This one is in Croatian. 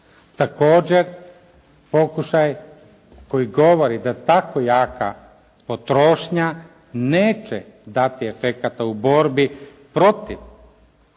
Također pokušaj koji govori da tako jaka potrošnja neće dati efekata u borbi protiv one